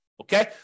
okay